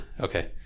Okay